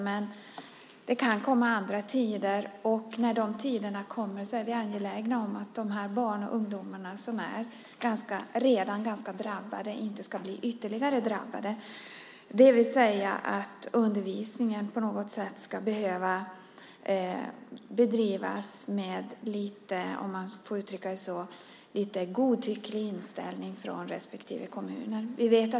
Men det kan komma andra tider, och då är vi angelägna om att de barn och ungdomar som redan är ganska drabbade inte ska drabbas ytterligare, det vill säga att undervisningen inte ska behöva bedrivas med lite godtycklig inställning, om man får uttrycka det så, från respektive kommun.